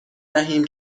دهیم